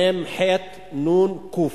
מ"ם, חי"ת, נו"ן, קו"ף.